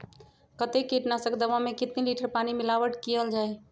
कतेक किटनाशक दवा मे कितनी लिटर पानी मिलावट किअल जाई?